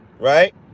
Right